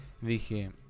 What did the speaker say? Dije